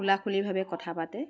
খোলাখুলিভাৱে কথা পাতে